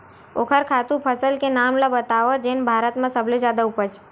ओखर खातु फसल के नाम ला बतावव जेन भारत मा सबले जादा उपज?